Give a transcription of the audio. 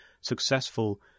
successful